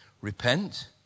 Repent